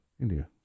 India